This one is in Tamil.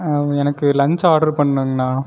எனக்கு லஞ்ச் ஆர்ட்ரு பண்ணுங்கணா